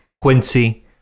Quincy